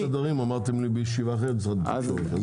אבל אמרתם בישיבה אחרת שאין בדיקת תדרים.